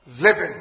living